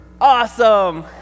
Awesome